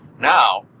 Now